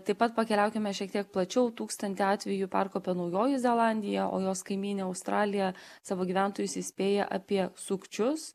taip pat pakeliaukime šiek tiek plačiau tūkstantį atvejų perkopė naujoji zelandija o jos kaimynė australija savo gyventojus įspėja apie sukčius